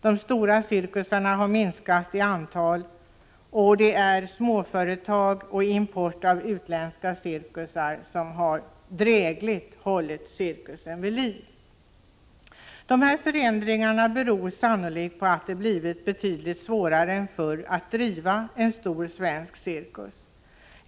De stora cirkusarna har minskat i antal. Det är småföretag och import av utländska cirkusar som har, drägligt, hållit cirkusen vid liv. Dessa förändringar beror sannolikt på att det har blivit betydligt svårare än förr att driva en stor svensk cirkus.